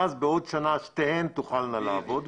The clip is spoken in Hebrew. בעוד שנה שתיהן תוכלנה לעבוד,